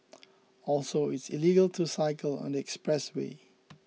also it's illegal to cycle on the expressway